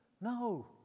no